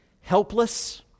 helpless